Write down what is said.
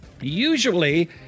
Usually